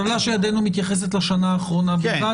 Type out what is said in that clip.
הטבלה שבידנו מתייחסת לשנה האחרונה בלבד?